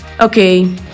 okay